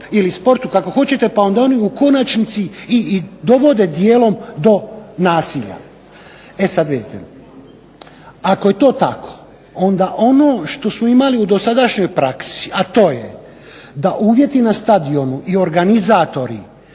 ili sportu, kako hoćete, pa onda oni u konačnici i dovode dijelom do nasilja. E sad vidite. Ako je to tako, onda ono što smo imali u dosadašnjoj praksi, a to je da uvjeti na stadionu i organizatori